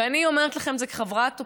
ואני אומרת לכם כחברת אופוזיציה,